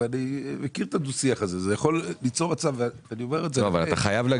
אומר שלא תשאיר